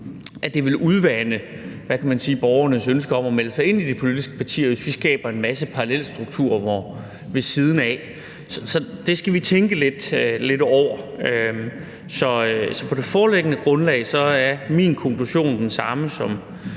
– så vil udvande borgernes ønske om at melde sig ind i de politiske partier. Så det skal vi tænke lidt over. Så på det foreliggende grundlag er min konklusion den samme